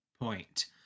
point